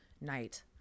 night